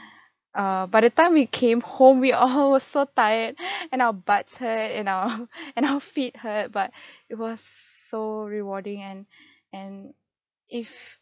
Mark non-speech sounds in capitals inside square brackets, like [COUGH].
err by the time we came home we all were so tired [BREATH] and our butts hurt [LAUGHS] and our and our feet hurt but [BREATH] it was so rewarding and [BREATH] and if